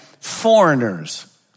foreigners